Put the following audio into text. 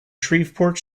shreveport